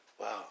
Wow